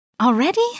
Already